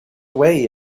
away